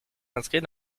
inscrits